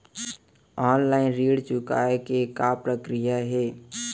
Online ऋण चुकोय के का प्रक्रिया हे?